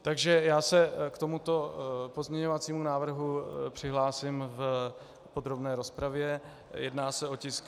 Takže já se k tomuto pozměňovacímu návrhu přihlásím v podrobné rozpravě, jedná se o tisk 2251.